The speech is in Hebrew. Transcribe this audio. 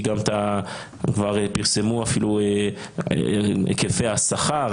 פרסמו אפילו היקפי השכר,